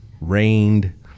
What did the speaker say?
rained